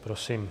Prosím.